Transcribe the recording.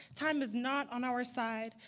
time is not on our side.